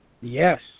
yes